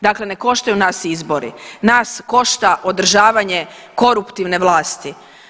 Dakle, ne koštaju nas izbori, nas košta održavanje koruptivne vlasti.